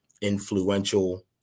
influential